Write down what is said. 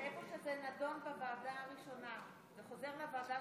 אין מתנגדים, אין נמנעים.